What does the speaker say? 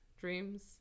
dreams